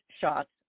shots